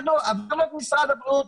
עברנו את משרד הבריאות,